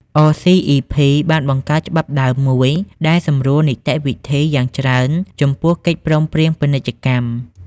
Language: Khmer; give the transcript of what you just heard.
អ សុី អុី ភី(RCEP) បានបង្កើត ច្បាប់ដើមមួយ ដែលសម្រួលនីតិវិធីយ៉ាងច្រើនចំពោះកិច្ចព្រមព្រៀងពាណិជ្ជកម្ម។